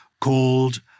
called